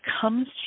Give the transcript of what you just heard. comes